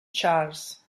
charles